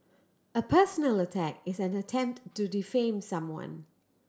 a personal attack is an attempt to defame someone